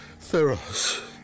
Theros